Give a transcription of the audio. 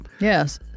Yes